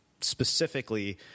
specifically